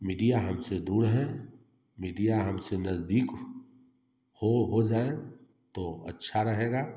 media हमसे दूर है मीडिया हमसे नजदीक हो हो जाए तो अच्छा रहेगा